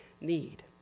need